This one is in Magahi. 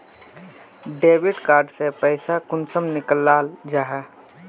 डेबिट कार्ड से पैसा कुंसम निकलाल जाहा?